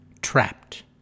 Trapped